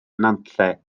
nantlle